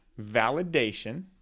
validation